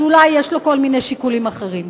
שאולי יש לו כל מיני שיקולים אחרים.